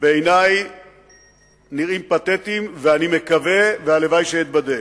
בעיני נראים פתטיים, ואני מקווה, והלוואי שאתבדה,